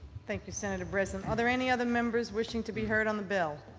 thank you, senator breslin. are there any other members wishing to be heard on the bill?